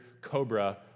cobra